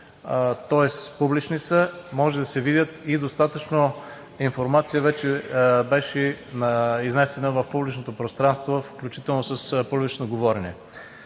тоест публични са и може да се видят. Достатъчно информация вече беше изнесена и в публичното пространно, включително с публични говорения.